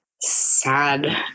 sad